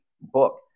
book